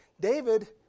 David